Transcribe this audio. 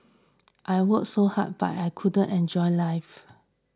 I worked so hard but I couldn't enjoy life